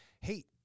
Hate